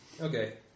Okay